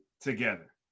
together